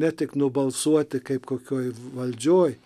ne tik nubalsuoti kaip kokioj valdžioj